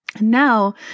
Now